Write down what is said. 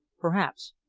perhaps,